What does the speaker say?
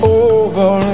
over